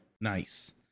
Nice